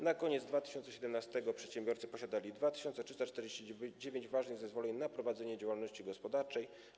Na koniec 2017 r. przedsiębiorcy posiadali 2349 ważnych zezwoleń na prowadzenie działalności gospodarczej.